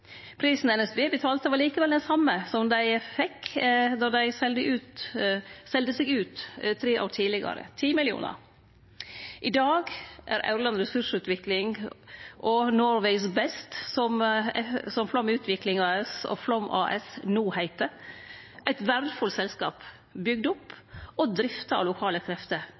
Prisen NSB betalte, var likevel den same som dei fekk då dei selde seg ut tre år tidlegare – 10 mill. kr. I dag er Aurland Ressursutvikling og Norway’s best – som Flåm Utvikling AS og Flåm AS no heiter – eit verdfullt selskap, bygd opp og drifta av lokale krefter,